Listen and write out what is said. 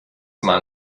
mal